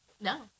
No